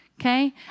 Okay